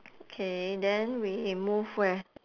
okay then we move where